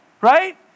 right